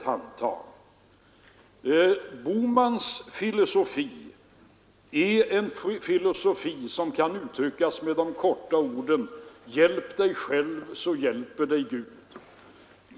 Herr Bohmans filosofi kan uttryckas med de få orden: Hjälp dig själv, så hjälper dig Gud!